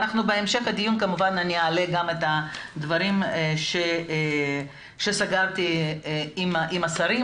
בהמשך הדיון אני כמובן אעלה את הדברים שסגרתי עם השרים.